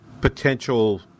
potential